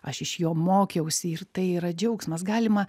aš iš jo mokiausi ir tai yra džiaugsmas galima